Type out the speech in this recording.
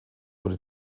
wurde